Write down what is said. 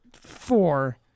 four